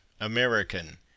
American